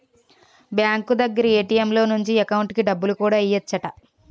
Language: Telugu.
బ్యాంకు దగ్గర ఏ.టి.ఎం లో నుంచి ఎకౌంటుకి డబ్బులు కూడా ఎయ్యెచ్చట